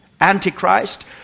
Antichrist